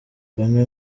bamwe